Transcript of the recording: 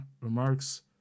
remarks